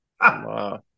Wow